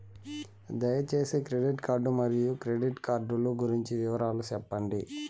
దయసేసి credit card మరియు credit card లు గురించి వివరాలు సెప్పండి?